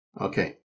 Okay